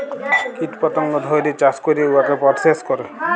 কীট পতঙ্গ ধ্যইরে চাষ ক্যইরে উয়াকে পরসেস ক্যরে